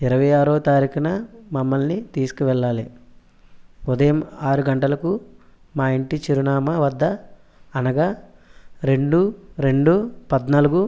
ఇరవై ఆరో తారీకున మమ్మల్ని తీసుకు వెళ్ళాలి ఉదయం ఆరు గంటలకు మా ఇంటి చిరునామా వద్ద అనగా రెండు రెండు పద్నాలుగు